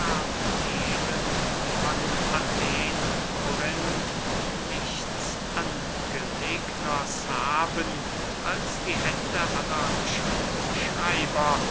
von athen und korinth nichts angelegners haben als die hände aller